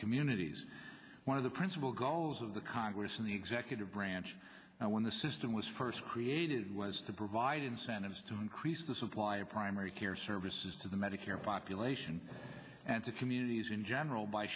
communities one of the principal goals of the congress in the executive branch when the system was first created was to provide incentives to increase the supply of primary care services to the medicare population and to communities in general by